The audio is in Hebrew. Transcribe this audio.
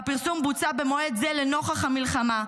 והפרסום בוצע במועד זה נוכח המלחמה.